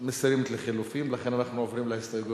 אנחנו מסירים את